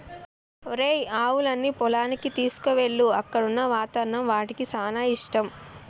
ఒరేయ్ ఆవులన్నీ పొలానికి తీసుకువెళ్ళు అక్కడున్న వాతావరణం వాటికి సానా ఇష్టం